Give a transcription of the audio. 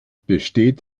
besteht